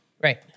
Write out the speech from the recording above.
Right